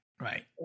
Right